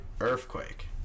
Earthquake